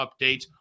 updates